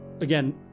again